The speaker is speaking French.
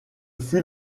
fut